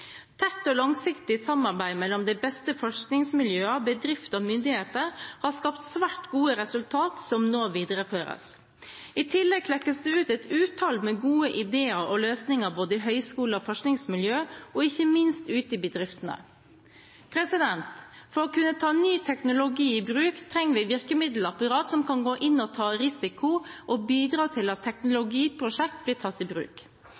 tett og langsiktig samarbeid mellom de beste forskningsmiljøer, bedrifter og myndigheter har skapt svært gode resultater som nå videreføres. I tillegg klekkes det ut et utall med gode ideer og løsninger både i høyskole- og forskningsmiljøer og ikke minst ute i bedriftene. For å kunne ta ny teknologi i bruk trenger vi et virkemiddelapparat som kan gå inn og ta risiko og bidra til at teknologiprosjekter blir tatt i bruk.